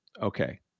Okay